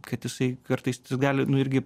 kad jisai kartais gali nu irgi